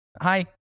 Hi